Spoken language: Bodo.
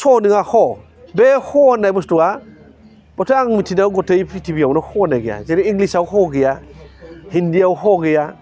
स नङा ह बे ह होन्नाय बुस्थुवा मथे आं मिथिनायाव गथाय प्रिटिभियावनो ह होन्नाय गैया जेरै इंलिसआव ह गैया हिन्दीयाव ह गैया